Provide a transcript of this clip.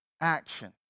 action